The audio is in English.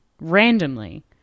randomly